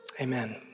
Amen